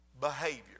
behavior